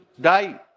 die